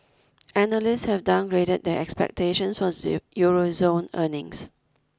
analysts have downgraded their expectations for Euro zone earnings